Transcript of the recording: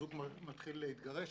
כשזוג מתחיל בהליכי גירושין,